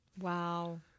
Wow